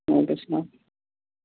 وَعلیکُم اَسلام